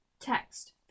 Text